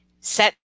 Set